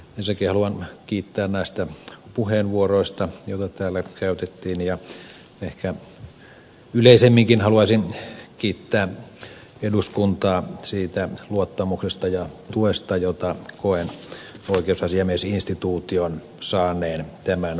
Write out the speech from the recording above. ensinnäkin haluan kiittää näistä puheenvuoroista joita täällä käytettiin ja ehkä yleisemminkin haluaisin kiittää eduskuntaa siitä luottamuksesta ja tuesta jota koen oikeusasiamiesinstituution saaneen tämän vaalikauden aikana